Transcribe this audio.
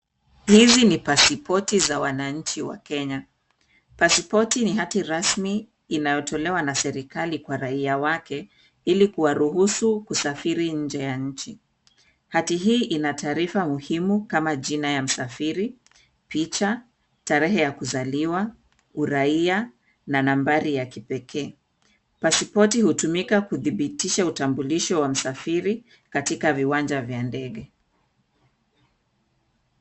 Hizi ni pasipoti za wananchi wa Kenya. Pasipoti ni hati rasmi inayotolewa na serikali kwa raia wake, ili kuwaruhusu kusafiri nje ya nchi. Hati hii ina taarifa muhimu kama jina ya msafiri, picha, tarehe ya kuzaliwa, uraia na nambari ya kipekee. Pasipoti hutumika kudhibitisha utambulisho wa msafiri katika viwanja vya ndege.